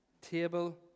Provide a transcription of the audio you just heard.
table